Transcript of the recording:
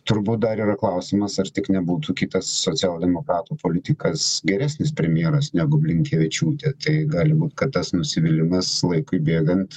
turbūt dar yra klausimas ar tik nebūtų kitas socialdemokratų politikas geresnis premjeras negu blinkevičiūtė tai gali būt kad nusivylimas laikui bėgant